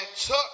took